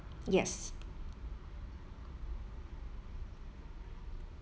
yes